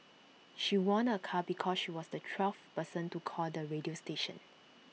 she won A car because she was the twelfth person to call the radio station